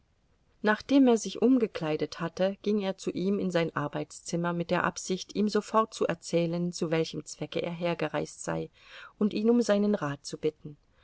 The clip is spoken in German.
nachdem er sich umgekleidet hatte ging er zu ihm in sein arbeitszimmer mit der absicht ihm sofort zu erzählen zu welchem zwecke er hergereist sei und ihn um seinen rat zu bitten